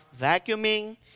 vacuuming